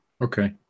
Okay